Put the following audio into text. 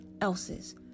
else's